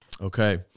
Okay